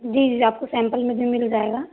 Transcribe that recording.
जी जी आपको सैम्पल में भी मिल जाएगा